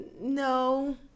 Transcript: No